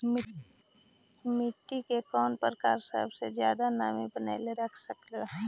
मिट्टी के कौन प्रकार सबसे जादा नमी बनाएल रख सकेला?